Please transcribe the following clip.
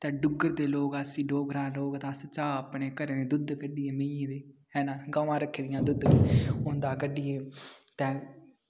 ते डुग्गर दे लोग अस डोगरा लोग तां अस चाह् अपने घर दुद्ध कड्ढियै ऐ ना गवांऽ रक्खी दियां दुद्ध उंदा कड्ढियै ते